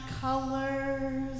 colors